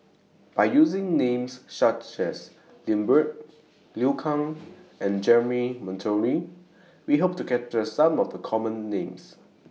By using Names such as Lambert Liu Kang and Jeremy Monteiro We Hope to capture Some of The Common Names